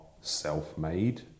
self-made